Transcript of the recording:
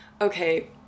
okay